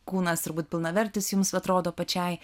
kūnas turbūt pilnavertis jums atrodo pačiai